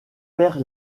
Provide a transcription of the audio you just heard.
perd